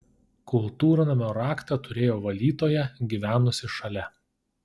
kultūrnamio raktą turėjo valytoja gyvenusi šalia